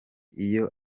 iyo